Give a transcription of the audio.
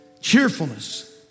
Cheerfulness